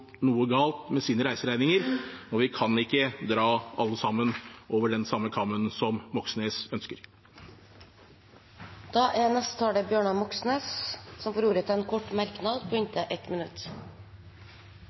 noe galt med sine reiseregninger, og vi kan ikke skjære alle over samme kam, som Moxnes ønsker. Representanten Bjørnar Moxnes har hatt ordet to ganger og får ordet til en kort merknad,